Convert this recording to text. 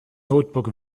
notebook